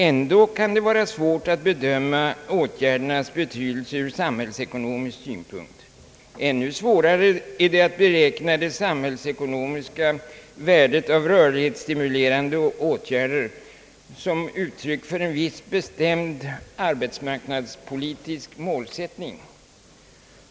Ändå kan det vara svårt att bedöma åtgärdernas betydelse ur samhällsekonomisk synpunkt. Ännu svårare är det att beräkna det samhällsekonomiska värdet av rörlighetsstimulerande åtgärder som uttryck för en viss bestämd arbetsmarknadspolitisk målsättning.